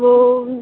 वह